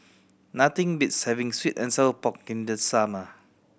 nothing beats having sweet and sour pork in the summer